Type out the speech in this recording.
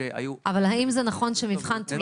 אבל --- זה היה לפני הקורונה.